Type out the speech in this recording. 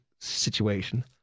situation